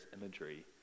imagery